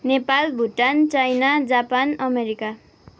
Nepal Bhutan China Japan America